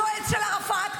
היועץ של ערפאת,